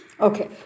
okay